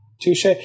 touche